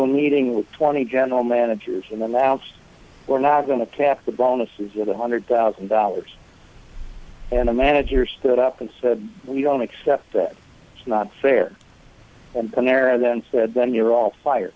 a meeting with twenty general managers and then now we're not going to cap the bonuses with a hundred thousand dollars and a manager stood up and said we don't accept that it's not fair and there and then said then you're all fire